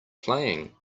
playing